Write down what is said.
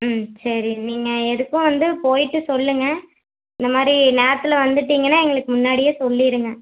ம் சரி நீங்கள் எதுக்கும் வந்து போயிட்டு சொல்லுங்கள் இந்த மாதிரி நேரத்தில் வந்துட்டிங்கன்னா எங்களுக்கு முன்னாடியே சொல்லிடுங்க